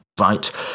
right